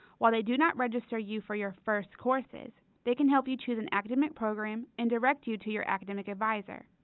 while they do not register you for your first courses, they can help you choose an academic program and and direct you to your academic advisor.